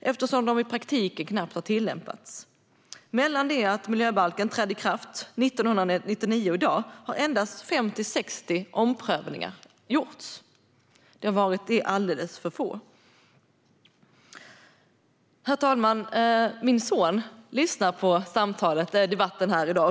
eftersom de i praktiken knappt har tillämpats. Från det att miljöbalken trädde i kraft 1999 och fram till i dag har endast 50-60 omprövningar gjorts. Det har varit alldeles för få. Herr talman! Min son lyssnar på debatten här i dag.